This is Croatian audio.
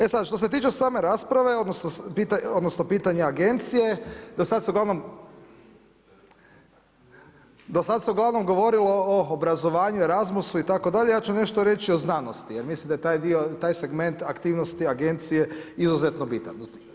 E sada što se tiče same rasprave odnosno pitanja agencije, do sada su uglavnom govorilo o obrazovanju, ERASMUS-u itd., ja ću nešto reći o znanosti jer mislim da taj segment aktivnosti agencije izuzetno bitan.